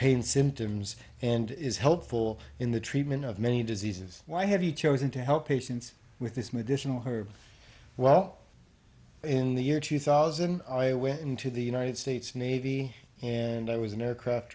pain symptoms and is helpful in the treatment of many diseases why have you chosen to help patients with this medicinal herb well in the year two thousand i went into the united states navy and i was an aircraft